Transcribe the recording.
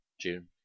June